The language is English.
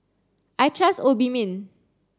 I trust Obimin